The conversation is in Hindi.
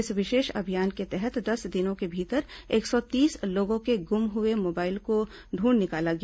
इस विशेष अभियान के तहत दस दिनों के भीतर एक सौ तीस लोगों के गुम हुए मोबाइल को दूंढ निकाला गया